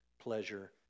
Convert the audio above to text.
pleasure